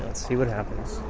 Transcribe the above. see what happens